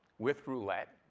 with roulette.